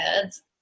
kids